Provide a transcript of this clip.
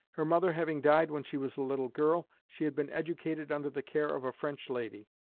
her mother having died when she was a little girl, she had been educated under the care of a french lady.